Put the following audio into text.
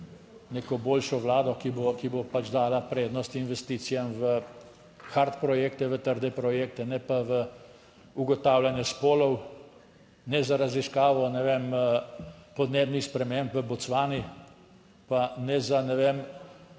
neko boljšo vlado, ki bo pač dala prednost investicijam v hard projekte, v trde projekte ne pa v ugotavljanje spolov ne raziskavo, ne vem, podnebnih sprememb v Bocvani, pa ne za, ne vem,